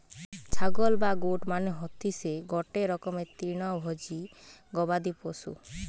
ছাগল বা গোট মানে হতিসে গটে রকমের তৃণভোজী গবাদি পশু